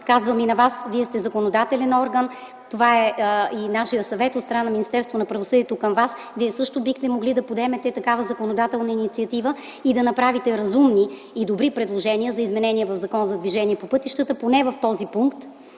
казвам и на вас – вие сте законодателен орган. Това е и нашият съвет – от страна на Министерството на правосъдието към вас – вие също бихте могли да подемете такава законодателна инициатива и да направите разумни и добри предложения за изменение в Закона за движението по пътищата, поне по този пункт